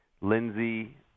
Lindsey